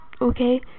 Okay